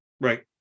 Right